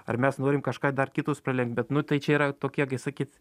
ar mes norim kažką dar kitus pralenkt bet nu tai čia yra tokie kai sakyt